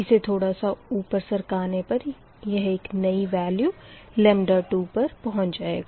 इसे थोड़ा सा ऊपर सरकाने पर यह एक नयी वेल्यू 2 पर पहुँच जाएगा